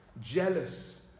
jealous